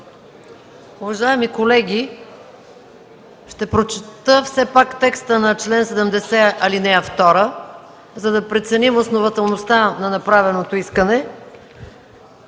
Уважаеми колеги, ще прочета все пак текста на чл. 70, ал. 2, за да преценим основателността на направеното искане,